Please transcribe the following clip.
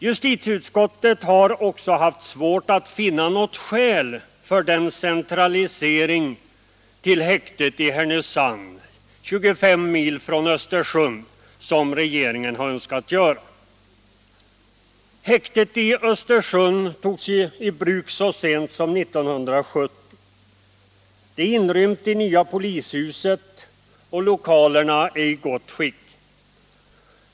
Justitieutskottet har också haft svårt att finna något skäl för den centralisering till häktet i Härnösand —- 23 mil från Östersund - som regeringen har önskat göra. Häktet i Östersund togs i bruk så sent som 1970. Det är inrymt i det nya polishuset, och lokalerna är i gott skick.